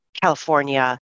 California